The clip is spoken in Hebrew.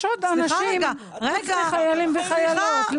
יש עוד אנשים חוץ מחיילים וחיילות.